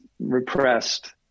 repressed